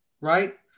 Right